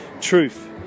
truth